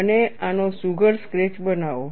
અને આનો સુઘડ સ્કેચ બનાવો